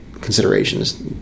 considerations